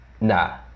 nah